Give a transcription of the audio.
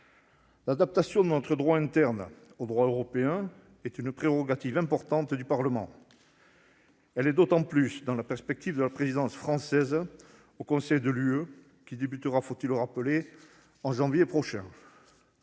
L'adaptation de notre droit interne au droit européen est une prérogative importante du Parlement. Elle l'est d'autant plus dans la perspective de la présidence française du Conseil de l'Union européenne, qui commencera, faut-il le rappeler, en janvier prochain.